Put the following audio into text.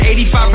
85%